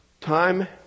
time